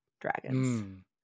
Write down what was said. dragons